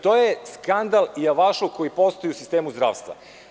To je skandal, javašluk, koji postoji u sistemu zdravstva.